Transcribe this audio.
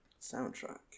soundtrack